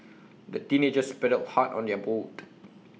the teenagers paddled hard on their boat